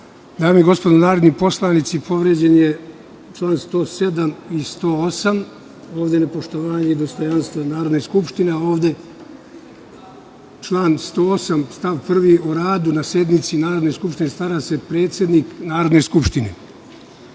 dame i gospodo narodni poslanici, povređeni su čl. 107. i 108. – nepoštovanje dostojanstva Narodne skupštine. Ovde član 108. stav 1. kaže – o radu na sednici Narodne skupštine stara se predsednik Narodne skupštine.